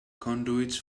conduits